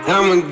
I'ma